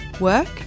work